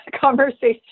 conversation